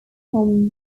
tom